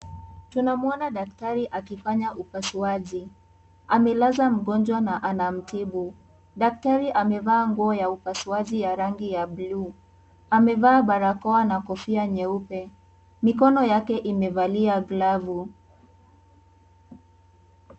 Tunamuona daktari akifanya upasuaji, amelaza mgonjwa na anamtibu, daktari amevaa nguo ya upasuaji ya rangi ya buluu, amevaa barakoa na kofia nyeupe, mikono yake imevalia glavu.